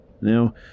Now